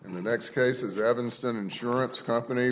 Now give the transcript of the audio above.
and the next case is evanston insurance company